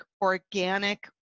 organic